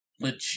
legit